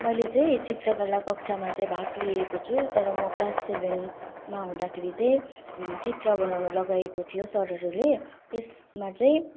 मैले चाहिँ चित्रकला कक्षामा चाहिँ भाग लिएको छु तर म क्लास सेभेनमा हुँदाखेरि चाहिँ चित्र बनाउनु लगाएको थियो सरहरूले त्यसमा चाहिँ